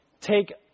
Take